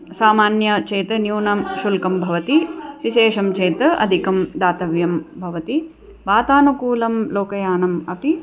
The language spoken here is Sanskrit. सामान्यं चेत् न्यूनं शुल्कं भवति विशेषं चेत् अधिकं दातव्यं भवति वातानुकूलं लोकयानम् अपि